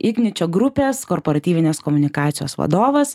igničio grupės korporatyvinės komunikacijos vadovas